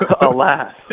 Alas